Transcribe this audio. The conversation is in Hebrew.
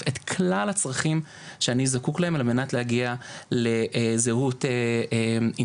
את כלל הצרכים שאני זקוק להם על מנת להגיע לזהות אינטגרטיבית.